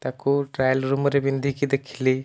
ତାକୁ ଟ୍ରାଏଲ ରୁମରେ ପିନ୍ଧିକି ଦେଖିଲି